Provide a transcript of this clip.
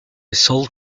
sold